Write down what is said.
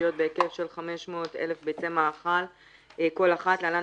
אישיות בהיקף של 500,000 ביצי מאכל כל אחת (להלן,